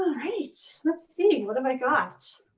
alright, let's see. what have i got?